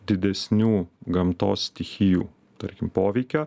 didesnių gamtos stichijų tarkim poveikio